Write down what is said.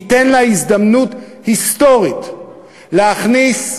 ייתן לה הזדמנות היסטורית להכניס,